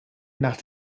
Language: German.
nach